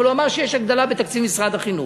אבל הוא אמר שיש הגדלה בתקציב משרד החינוך.